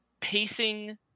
pacing